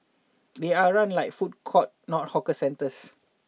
they are run like food courts not hawker centres